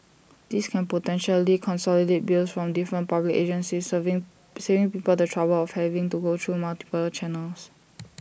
this can potentially consolidate bills from different public agencies saving saving people the trouble of having to go through multiple channels